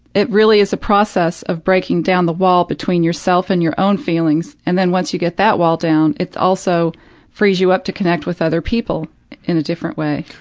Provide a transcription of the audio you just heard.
it really is a process of breaking down the wall between yourself and your own feelings, and then once you get that wall down, it also frees you up to connect with other people in a different way.